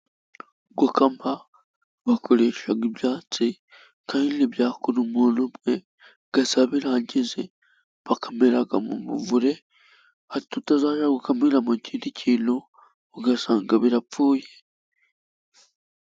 Gukama bakoresha ibyatsi kandi ntibyakora umuntu umwe keretse babirangije. Bakamira mu muvure hato utazajya gukamira mu kindi kintu ugasanga birapfuye.